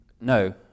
No